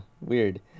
weird